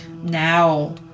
now